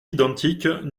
identiques